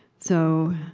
so,